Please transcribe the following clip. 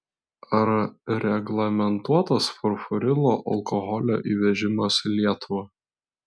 ar reglamentuotas furfurilo alkoholio įvežimas į lietuvą